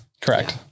Correct